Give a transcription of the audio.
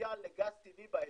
הפוטנציאל לגז טבעי באזור,